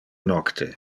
nocte